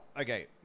okay